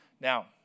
Now